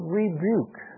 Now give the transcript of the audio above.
rebuke